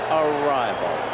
arrival